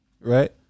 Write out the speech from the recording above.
Right